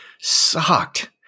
sucked